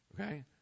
Okay